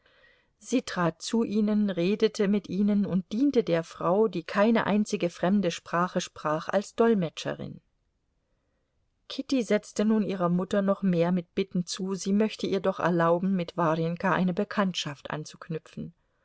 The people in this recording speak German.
sie trat zu ihnen redete mit ihnen und diente der frau die keine einzige fremde sprache sprach als dolmetscherin kitty setzte nun ihrer mutter noch mehr mit bitten zu sie möchte ihr doch erlauben mit warjenka eine bekanntschaft anzuknüpfen